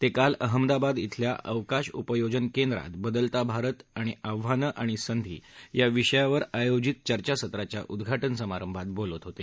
ते काल अहमदाबाद श्विल्या अवकाश उपयोजन केंद्रात बदलता भारत आव्हानं आणि संधी या विषयावर आयोजित चर्चासत्राच्या उद्घाटन समारंभात बोलत होते